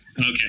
Okay